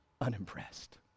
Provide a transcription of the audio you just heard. unimpressed